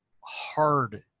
hard